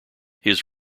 his